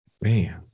Man